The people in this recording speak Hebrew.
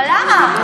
אבל למה?